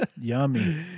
Yummy